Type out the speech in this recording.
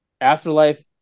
afterlife